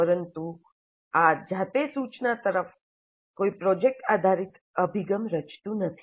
પરંતુ આ જાતે સૂચના તરફ કોઈ પ્રોજેક્ટ આધારિત અભિગમ રચતું નથી